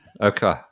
Okay